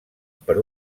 per